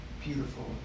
beautiful